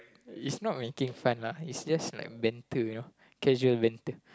it's not making fun lah it's just like banter you know casual banter